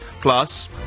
plus